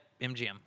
MGM